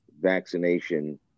vaccination